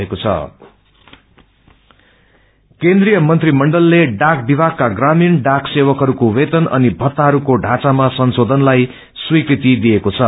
postal salary केन्द्रीय मन्त्रीमण्डलले डाक विभागको ग्रामीण डाक सेवाहरूका वेतन अनि भत्ताहरूको ढाँचामा संशोषनलाई स्वीक्रति दिएको छ